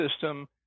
system